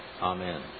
Amen